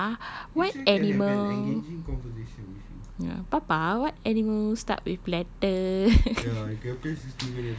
papa why animal ya papa what animal starts with letter